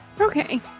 okay